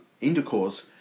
intercourse